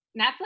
netflix